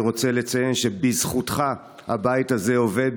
אני רוצה לציין שבזכותך הבית הזה עובד,